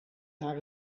naar